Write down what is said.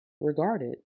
regarded